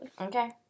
Okay